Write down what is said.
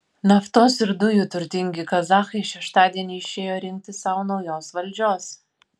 naftos ir dujų turtingi kazachai šeštadienį išėjo rinkti sau naujos valdžios